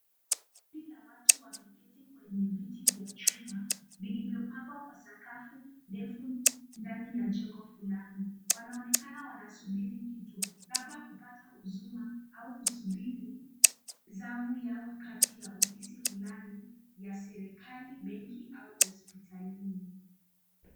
Kundi la watu wameketi kwenye viti vya chuma vilivyopangwa kwa sakafu ndefu ndani ya jengo fulani. Wanaonekana wanasubiri kitu, labda kupata huduma au kusubiri zamu yao kati ya ofisi fulani ya serikali, benki au hospitalini.